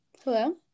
Hello